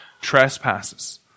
trespasses